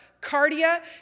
cardia